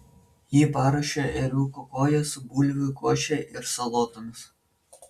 ji paruošė ėriuko koją su bulvių koše ir salotomis